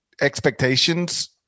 expectations